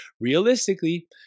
realistically